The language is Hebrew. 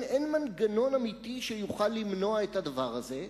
אין מנגנון אמיתי שיוכל למנוע את הדבר הזה.